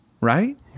Right